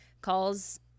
calls